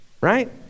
right